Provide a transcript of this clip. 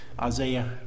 Isaiah